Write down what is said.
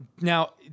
Now